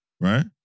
right